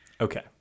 okay